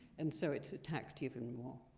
and so it's attacked even more.